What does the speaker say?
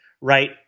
right